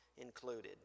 included